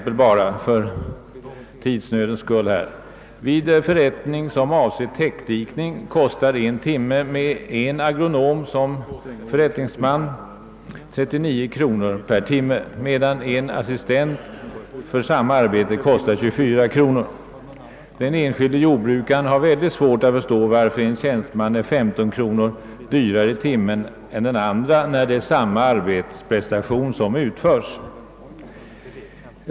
Låt mig för tidsnödens skull bara ta ett enda exempel. Vid en täckdikningsförrättning kostar det med en agronom som förrättningsman 39 kronor per timme, medan en assistent som gör samma arbete bara kostar 24 kronor. Den enskilde jordbrukaren har mycket svårt att förstå, varför den ene tjänstemannen är 15 kronor dyrare än den andre, när det är samma arbetsprestation som utföres.